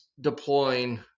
deploying